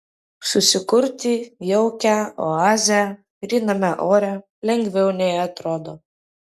susikurti jaukią oazę gryname ore lengviau nei atrodo